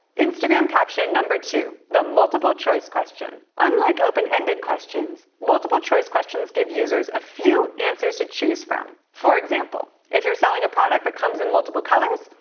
instagram caption two the multiple choice question unlike open-ended questions, multiple choice questions give users a few answers to choose from. for example, if you're selling a product that comes in multiple colors,